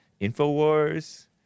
Infowars